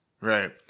right